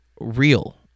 real